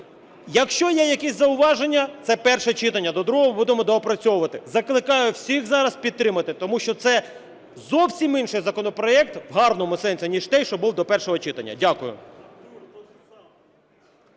Якщо є якісь зауваження, це перше читання, до другого будемо доопрацьовувати. Закликаю всіх зараз підтримати, тому що це зовсім інший законопроект, в гарному сенсі, ніж той, що був до першого читання. Дякую.